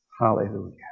Hallelujah